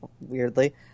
Weirdly